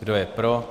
Kdo je pro?